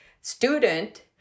student